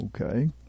okay